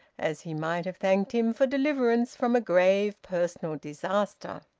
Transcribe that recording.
as he might have thanked him for deliverance from a grave personal disaster.